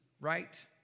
right